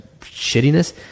shittiness